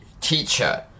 teacher